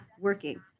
working